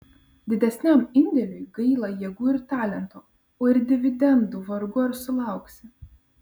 didesniam indėliui gaila jėgų ir talento o ir dividendų vargu ar sulauksi